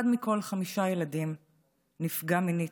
אחד מכל חמישה ילדים נפגע מינית,